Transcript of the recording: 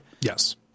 Yes